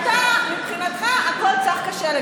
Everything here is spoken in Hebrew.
כשמבחינתך הכול צח כשלג.